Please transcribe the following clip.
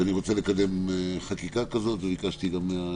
שאני רוצה לקדם חקיקה כזאת וביקשתי גם את